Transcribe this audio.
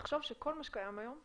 תחשוב שכל מה שקיים היום,